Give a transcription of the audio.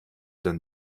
dann